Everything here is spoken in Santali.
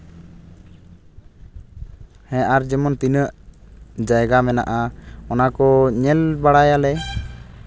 ᱦᱮᱸ ᱟᱨ ᱡᱮᱢᱚᱱ ᱛᱤᱱᱟᱹᱜ ᱡᱟᱭᱜᱟ ᱢᱮᱱᱟᱜᱼᱟ ᱚᱱᱟ ᱠᱚ ᱧᱮᱞ ᱵᱟᱲᱟᱭᱟᱞᱮ